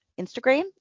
Instagram